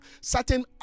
certain